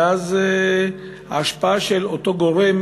ואז ההשפעה של אותו גורם,